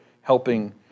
helping